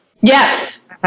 Yes